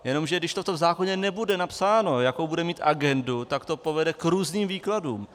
Jenomže když to v tom zákoně nebude napsáno, jakou bude mít agendu, tak to povede k různým výkladům.